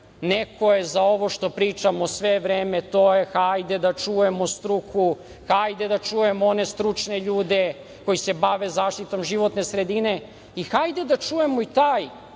neko je za ovo što pričamo sve vreme. Hajde da čujemo struku. Hajde da čujemo one stručne ljude koji se bave zaštitom životne sredine. Hajde da čujemo i taj